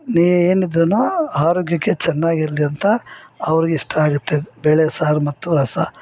ನೆ ಏನಿದ್ರು ಆರೋಗ್ಯಕ್ಕೆ ಚೆನ್ನಾಗಿರ್ಲಿ ಅಂತ ಅವ್ರಿಗೆ ಇಷ್ಟ ಆಗುತ್ತೆ ಬೇಳೆ ಸಾರು ಮತ್ತು ರಸ